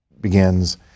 begins